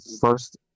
first